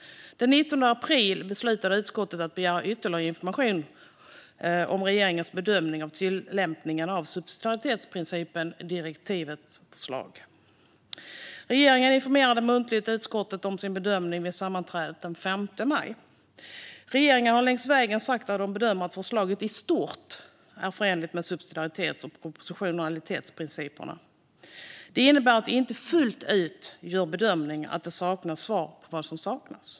Den 19 april 2022 beslutade utskottet att begära ytterligare information om regeringens bedömning av tillämpningen av subsidiaritetsprincipen i direktivförslaget. Regeringen informerade muntligen utskottet om sin bedömning vid sammanträdet den 5 maj 2022. Regeringen har längs vägen sagt att man bedömer att förslaget i stort är förenligt med subsidiaritets och proportionalitetsprinciperna. Det innebär att man inte fullt ut menar att det är förenligt, och det saknades svar på vad som saknas.